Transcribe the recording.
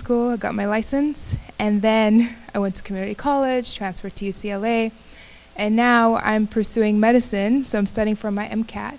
school and got my license and then i went to community college transfer to u c l a and now i'm pursuing medicine so i'm studying for my m kat